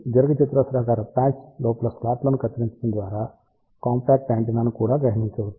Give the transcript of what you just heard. దీర్ఘచతురస్రాకార పాచ్ లోపల స్లాట్లను కత్తిరించడం ద్వారా కాంపాక్ట్ యాంటెన్నాను కూడా గ్రహించవచ్చు